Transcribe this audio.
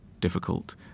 difficult